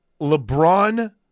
LeBron